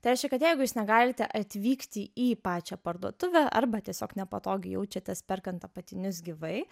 tai reiškia kad jeigu jūs negalite atvykti į pačią parduotuvę arba tiesiog nepatogiai jaučiatės perkant apatinius gyvai